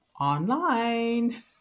online